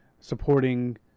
supporting